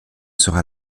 sera